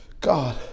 God